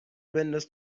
بنداز